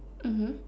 mmhmm